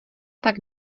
tak